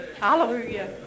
Hallelujah